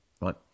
right